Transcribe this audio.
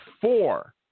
four